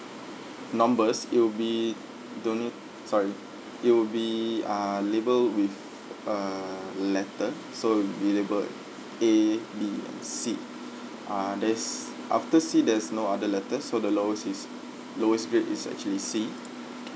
numbers it will be don't need sorry it will be ah labelled with a letter so it'll be labelled A B and C ah there is after C there's no other letters so the lowest is lowest grade is actually C